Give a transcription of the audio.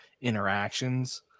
interactions